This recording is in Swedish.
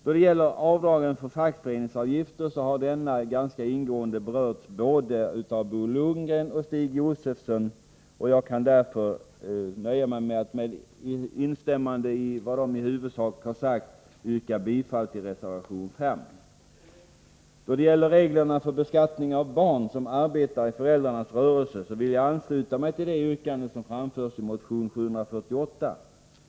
Då det gäller avdragen för fackföreningsavgifter har denna fråga ganska ingående berörts av både Bo Lundgren och Stig Josefson. Jag kan därför nöja mig med att, med instämmande i vad de i huvudsak har sagt, yrka bifall till reservation 5. Då det gäller reglerna för beskattning av barn som arbetar i föräldrarnas rörelse vill jag ansluta mig till det yrkande som framförs i motion 748.